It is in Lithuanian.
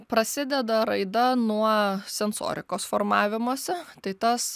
prasideda raida nuo sensorikos formavimosi tai tas